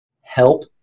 help